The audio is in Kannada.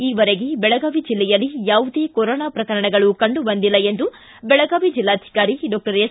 ಈವರೆಗೆ ಬೆಳಗಾವಿ ಜಿಲ್ಲೆಯಲ್ಲಿ ಯಾವುದೇ ಕೊರೋನಾ ಪ್ರಕರಣಗಳು ಕಂಡು ಬಂದಿಲ್ಲ ಎಂದು ಬೆಳಗಾವಿ ಜಿಲ್ಲಾಧಿಕಾರಿ ಡಾಕ್ಟರ್ ಎಸ್